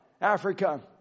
Africa